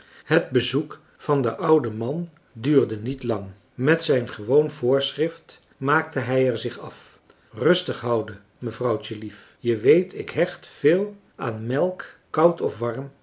het bezoek van den ouden man duurde niet lang met zijn gewoon voorschrift maakte hij er zich af rustig houden mevrouwtje lief je weet ik hecht veel aan melk koud of warm